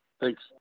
Thanks